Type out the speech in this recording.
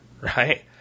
right